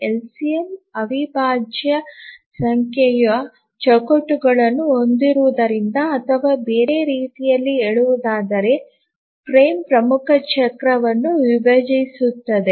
LCM ಅವಿಭಾಜ್ಯ ಸಂಖ್ಯೆಯ ಚೌಕಟ್ಟುಗಳನ್ನು ಹೊಂದಿರುವುದರಿಂದ ಅಥವಾ ಬೇರೆ ರೀತಿಯಲ್ಲಿ ಹೇಳುವುದಾದರೆ ಫ್ರೇಮ್ ಪ್ರಮುಖ ಚಕ್ರವನ್ನು ವಿಭಜಿಸುತ್ತದೆ